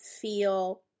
feel